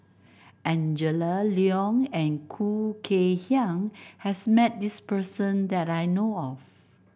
Angela Liong and Khoo Kay Hian has met this person that I know of